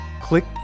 click